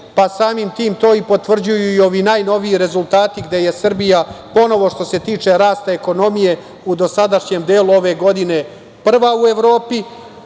pa samim tim to potvrđuju i ovi najnoviji rezultati gde je Srbija ponovo što se tiče rasta ekonomije, u dosadašnjem delu ove godine prva u Evropi,